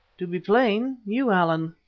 to be plain, you, allan.